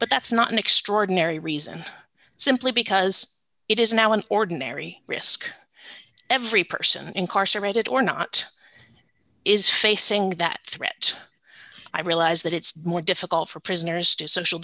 but that's not an extraordinary reason simply because it is now an ordinary risk every person incarcerated or not is facing that threat i realize that it's more difficult for prisoners to social